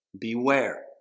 beware